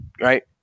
Right